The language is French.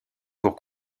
pour